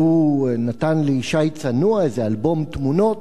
והוא נתן לי שי צנוע, איזה אלבום תמונות,